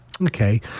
Okay